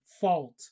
fault